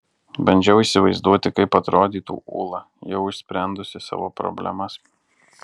bandžiau įsivaizduoti kaip atrodytų ūla jau išsprendusi savo problemas